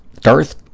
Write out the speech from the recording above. Darth